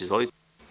Izvolite.